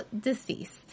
deceased